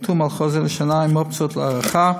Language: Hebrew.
חתום על חוזה לשנה עם אופציית הארכה,